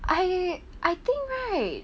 I I think right